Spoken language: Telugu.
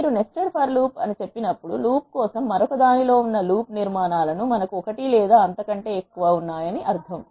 మీరు నెస్టడ్ ఫర్ లూప్ అని చెప్పినప్పుడు లూప్ కోసం మరొక దానిలో ఉన్న లూప్ నిర్మాణాలకు మనకు ఒకటి లేదా అంతకంటే ఎక్కువ ఉన్నాయని అర్థం